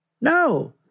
No